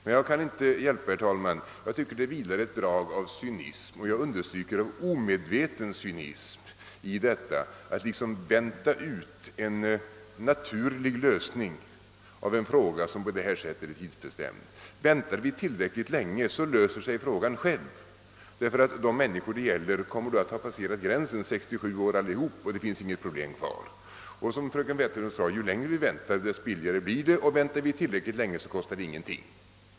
Men jag kan inte hjälpa, herr talman, att jag tycker att det vilar ett drag av cynism — jag understryker av omedveten cynism — i detta att liksom vänta ut en naturlig lösning av en fråga, som på det här sättet är tidsbestämd. Väntar vi tillräckligt länge, löser sig frågan själv, ty de människor det gäller kommer då att allihop ha passerat gränsen 67 år, och problemet finns inte kvar. Det förhåller sig så som fröken Wetterström sade att ju längre vi väntar, desto billigare blir det. Väntar vi tillräckligt länge, kostar det ingenting.